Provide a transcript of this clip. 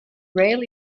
rail